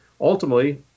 ultimately